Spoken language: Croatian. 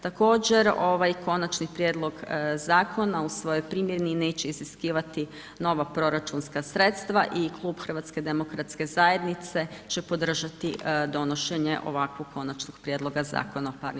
Također ovaj Konačni prijedlog zakona u svojoj primjeni neće iziskivati nova proračunska sredstva i Klub HDZ-a će podržati donošenje ovakvog Konačnog prijedloga zakona o ZPP-u.